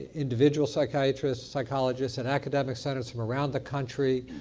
individual psychiatrists, psychologists, and academic centers from around the country.